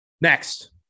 Next